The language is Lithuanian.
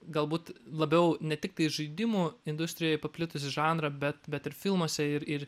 galbūt labiau ne tiktai žaidimų industrijoj paplitusį žanrą bet bet ir filmuose ir ir